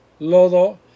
lodo